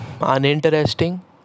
uninteresting